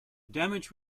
damage